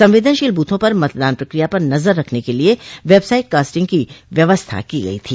संवेदनशील ब्रथों पर मतदान प्रकिया पर नजर रखने के लिये वेबकास्टिंग की व्यवस्था की गई थी